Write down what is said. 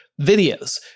videos